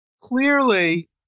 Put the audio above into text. Clearly